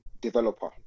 developer